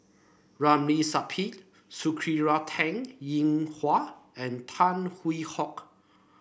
Ramli Sarip Sakura Teng Ying Hua and Tan Hwee Hock